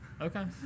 okay